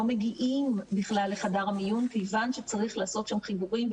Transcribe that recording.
לא מגיעים בכלל חדר המיון כיוון שצריך לעשות שם חיבורים,